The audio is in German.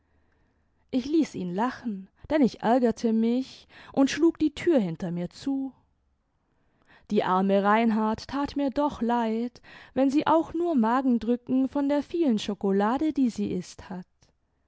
ich ließ ihn lachen denn ich ärgerte mich und schlug die tür hinter mir zu die arme reinhard tat mir doch leid wenn sie auch nur magendrücken von der vielen schokolade die sie ißt hat